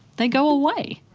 they go away.